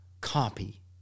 copy